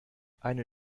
eine